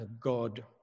God